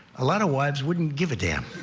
a lot of wives wouldn't give a